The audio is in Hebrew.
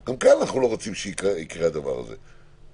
גם כאן אנחנו לא רוצים שהדבר הזה יקרה.